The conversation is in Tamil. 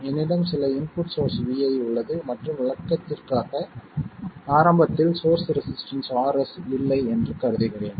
என்னிடம் சில இன்புட் சோர்ஸ் vi உள்ளது மற்றும் விளக்கத்திற்காக ஆரம்பத்தில் சோர்ஸ் ரெசிஸ்டன்ஸ் RS இல்லை என்று கருதுகிறேன்